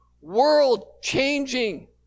world-changing